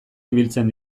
ibiltzen